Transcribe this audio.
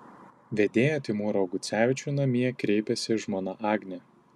vedėją timūrą augucevičių namie kreipiasi žmona agnė